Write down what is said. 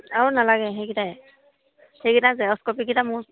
আৰু নালাগে সেইকেইটাই সেইকেইটা জেৰক্স কপিকেইটা মোৰ